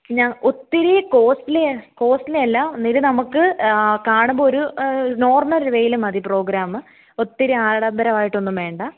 ഞ ഒത്തിരി costly costly അല്ല ഒന്നുകിൽ നമുക്ക് കാണുമ്പോൾ ഒരു നോർമൽ വേയിൽ മതി പ്രോഗ്രാം ഒത്തിരി ആഡംബരം ആയിട്ടൊന്നും വേണ്ട